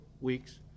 weeks